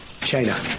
China